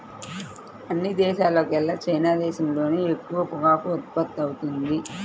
అన్ని దేశాల్లోకెల్లా చైనా దేశంలోనే ఎక్కువ పొగాకు ఉత్పత్తవుతుంది